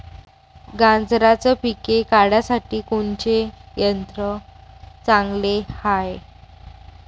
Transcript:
गांजराचं पिके काढासाठी कोनचे यंत्र चांगले हाय?